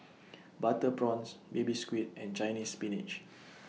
Butter Prawns Baby Squid and Chinese Spinach